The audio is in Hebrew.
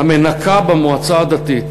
המנקה במועצה הדתית